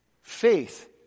Faith